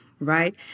right